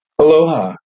Aloha